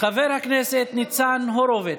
חבר הכנסת ניצן הורוביץ.